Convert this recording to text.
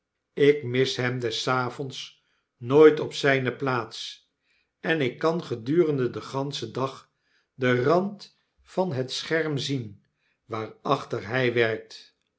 ik mis hem des avonds nooit op zyne plaats en ik kan gedurende den ganschen dag den rand van het scherm zien waarachter hy werkt